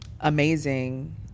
amazing